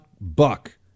BUCK